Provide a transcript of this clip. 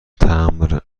تمبر